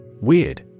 Weird